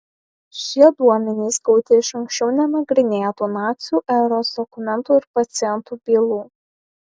šie duomenys gauti iš anksčiau nenagrinėtų nacių eros dokumentų ir pacientų bylų